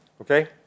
Okay